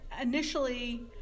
Initially